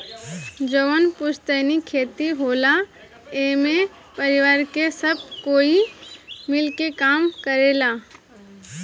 जवन पुस्तैनी खेत होला एमे परिवार के सब कोई मिल के काम करेला